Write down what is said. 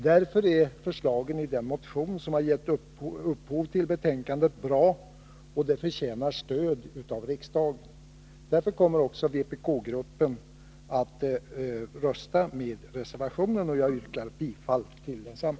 Därför är förslagen i den motion som gett upphov till betänkandet bra, och de förtjänar stöd av riksdagen. Därför kommer också vpk-gruppen att rösta på reservationen, och jag yrka bifall till densamma.